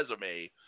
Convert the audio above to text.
resume